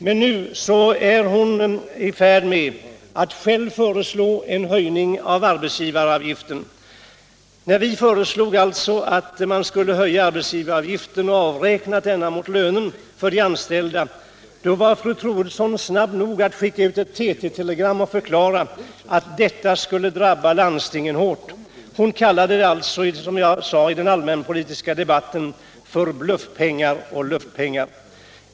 Men nu är hon i färd med att själv föreslå en höjning av arbetsgivaravgiften. När vi föreslog att man skulle höja arbetsgivaravgiften och avräkna denna mot lönen för de anställda var fru Troedsson snabb nog att skicka ut ett TT-telegram och förklara att detta skulle drabba landstingen hårt. Hon kallade det, som jag sade, i den allmänpolitiska debatten för bluffpengar och luftpengar.